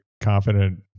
confident